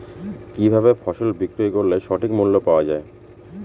কি ভাবে ফসল বিক্রয় করলে সঠিক মূল্য পাওয়া য়ায়?